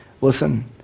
Listen